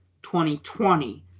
2020